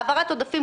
העברת העודפים,